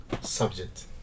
subject